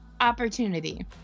opportunity